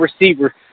receiver